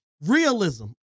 realism